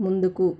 ముందుకు